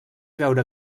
veure